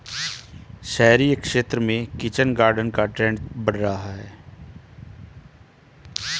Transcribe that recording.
शहरी क्षेत्र में किचन गार्डन का ट्रेंड बढ़ रहा है